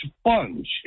sponge